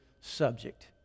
subject